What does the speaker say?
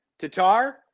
Tatar